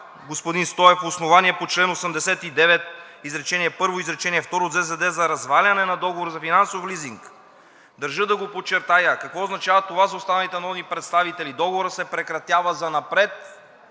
господин Стоев, основание по чл. 89 изречение първо, изречение второ от ЗЗД за разваляне на договор за финансов лизинг.“ Държа да го подчертая какво означава това за останалите народни представители? Договорът се прекратява занапред